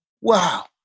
wow